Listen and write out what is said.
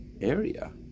area